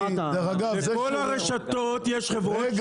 בכל הרשתות יש חברות שיווק.